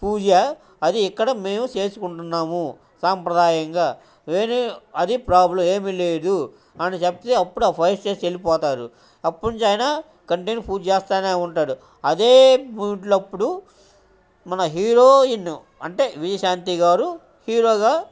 పూజ అది ఇక్కడ మేము చేసుకుంటున్నాము సాంప్రదాయంగా వేను అది ప్రాబ్లం ఏమీ లేదు అని చెప్తే అప్పుడు ఆ ఫైర్ స్టేస్ వెళ్ళిపోతారు అప్ప నుంచ అయినా కంటెన్ పూజ చేస్తానే ఉంటాడు అదే ఇంట్లప్పుడు మన హీరోయిన్ అంటే విశాంతి గారు హీరోగా